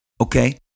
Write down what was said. okay